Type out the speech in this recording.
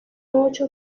ocho